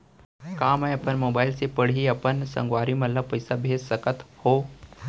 का मैं अपन मोबाइल से पड़ही अपन संगवारी मन ल पइसा भेज सकत हो?